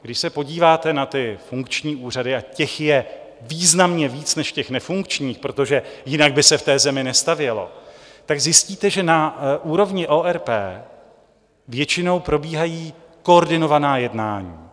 Když se podíváte na funkční úřady, a těch je významně víc než těch nefunkčních, protože jinak by se v té zemi nestavělo, tak zjistíte, že na úrovni ORP většinou probíhají koordinovaná jednání.